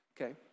okay